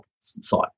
site